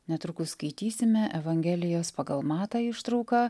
netrukus skaitysime evangelijos pagal matą ištrauką